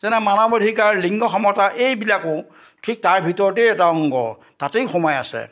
যেনে মানাৱ অধিকাৰ লিংগ সমতা এইবিলাকো ঠিক তাৰ ভিতৰতেই এটা অংগ তাতেই সোমাই আছে